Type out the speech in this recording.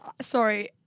Sorry